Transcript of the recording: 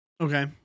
Okay